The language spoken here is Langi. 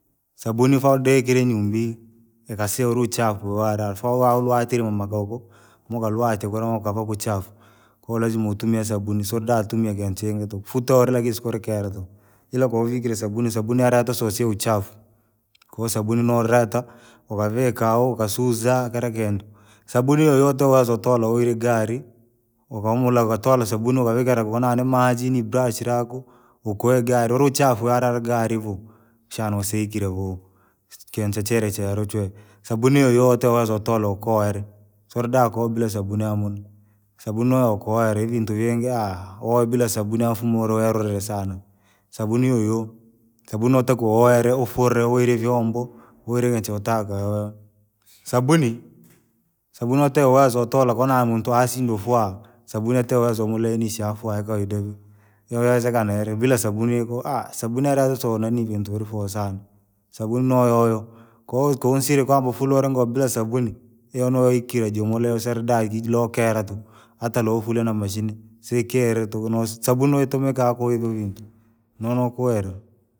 Sabuni faa udekire inyumbi, yikasile ule uchafu wala foo- ulwatile umakoko, mukalwate kula mukava kuchafu. Koo lazima utumie sabuni sodatumia kintu chingi tuku, futolela kisu kulikela tuku, ils kwauvile sabuni, sabuni ara tusosile uchafu, koo sabuni norata, ukavika ooh ukasuza kila kintu. Sabuni yoyote uweza kutola gari, ukahumula ukatola sabuni ukavikira kunani maji ni brashi lako, ukwegea luluchafu wala gari vuu, shana usikile vuu, si- kintu chele chaulu chwe. Sabuni yoyote yoweza utolo ukoali, solda koo bila sabuni hamuna, sabuni nokoeara vintu vingi uoe bila sabuni afu mwuoloeloe sana. Sabuni hiyohiyo, sabuni notakiwa; uoele, ufule, uile vyombo, uligi chotaka wewe. Sabuni, sabuni wote uwezo utola kona muntu asindwa ufwala, sabuni yate uwezo mulainisha afu akaidevi, yawezekana ili bila sabuni koo sabuni ilaza so nanii vintu vili foo sana. Sabuni noyoyo, koo- koonsile kwamba ufule ile ngoo bila sabuni, iyo noikile jomule saldakire kijilokela tuku, ata lofula na mashine, sikile tuku no sabuni noitumika koivovintu, nonokoela.